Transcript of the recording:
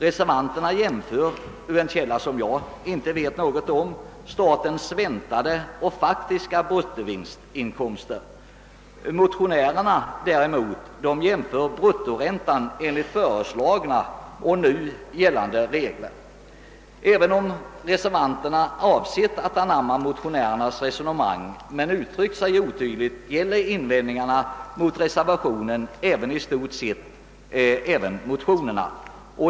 Reservanterna jämför — ur en källa som jag inte vet något om — statens väntade och faktiska bruttovinstinkomster; motionärerna däremot jämför bruttoräntan enligt föreslagna och nu gällande regler. även om reservanterna avsett att anamma motionärernas resonemang men uttryckt sig otydligt gäller invändningarna mot reservationen även motionerna.